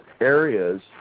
areas